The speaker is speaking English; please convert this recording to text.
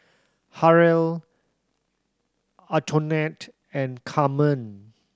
Harrell Antionette and Carmen